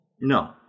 no